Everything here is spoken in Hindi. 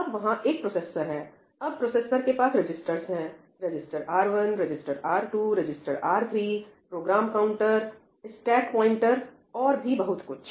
अब वहां एक प्रोसेसर है अब प्रोसेसर के पास रजिस्टर्स है register R1 register R2 register R3 program counter stack pointer और भी बहुत कुछ